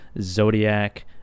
Zodiac